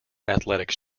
athletics